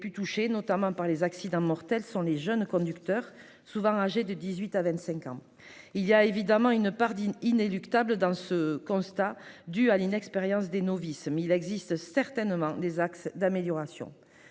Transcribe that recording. touchés, notamment par les accidents mortels, sont les jeunes conducteurs, en particulier ceux âgés de 18 ans à 25 ans. Il y a évidemment une part d'inéluctable dans ce constat : l'inexpérience des novices. Mais il existe certainement des axes d'amélioration.